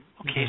okay